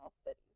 studies